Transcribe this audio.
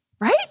right